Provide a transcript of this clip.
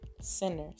sinners